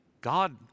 God